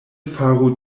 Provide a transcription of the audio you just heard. faru